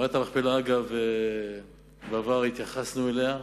מערת המכפלה, בעבר התייחסנו אליה,